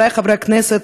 חברי חברי הכנסת,